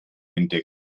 entdeckt